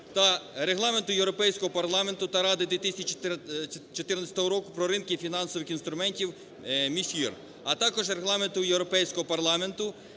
та Регламенту Європейського парламенту та Ради 2014 року "Про ринки фінансових інструментів" (MiFIR), а також Регламенту Європейського парламенту